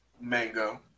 mango